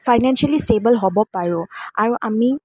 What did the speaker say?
financially stable হ'ব পাৰোঁ আৰু আমি